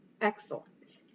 excellent